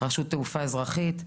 ורשות התעופה האזרחית.